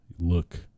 look